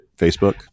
facebook